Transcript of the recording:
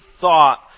thought